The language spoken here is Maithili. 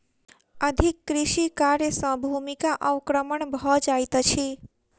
अधिक कृषि कार्य सॅ भूमिक अवक्रमण भ जाइत अछि